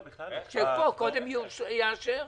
שפה קודם יאשר.